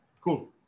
cool